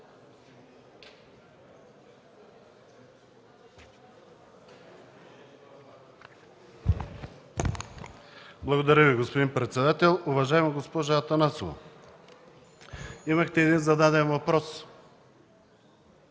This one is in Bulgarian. Благодаря Ви, уважаеми господин председател. Уважаема госпожо Атанасова, имахте един зададен въпрос.